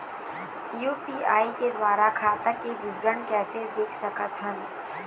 UPI के द्वारा खाता के विवरण कैसे देख सकत हन?